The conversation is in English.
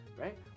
right